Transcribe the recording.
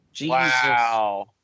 Wow